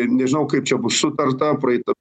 nežinau kaip čia bus sutarta praeita